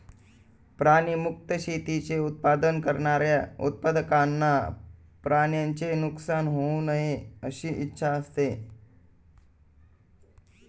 प्राणी मुक्त शेतीचे उत्पादन करणाऱ्या उत्पादकांना प्राण्यांचे नुकसान होऊ नये अशी इच्छा असते